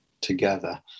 together